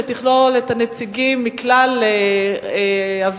שתכלול את הנציגים מכלל הוועדות,